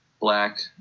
black